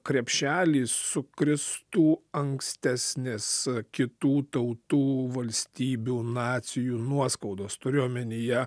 krepšelį sukristų ankstesnės kitų tautų valstybių nacijų nuoskaudos turiu omenyje